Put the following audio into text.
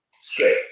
straight